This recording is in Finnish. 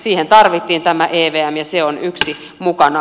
siihen tarvittiin tämä evm ja se on yksi mukana